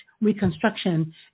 Reconstruction